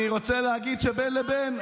אני רוצה להגיד שבין לבין,